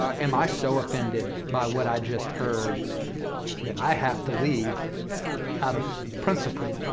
am i so offended by what i just heard that i have to leave out of principle?